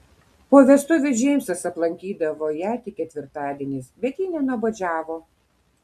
po vestuvių džeimsas aplankydavo ją tik ketvirtadieniais bet ji nenuobodžiavo